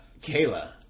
Kayla